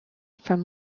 from